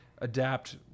adapt